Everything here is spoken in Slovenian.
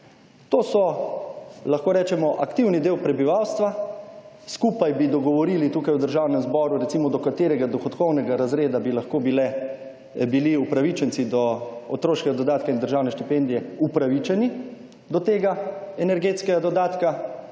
rečemo aktivni del prebivalstva, skupaj bi dogovorili tukaj v Državnem zboru, recimo, do katerega dohodkovnega razreda bi lahko bili upravičenci do otroškega dodatka in državne štipendije upravičeni do tega energetskega dodatka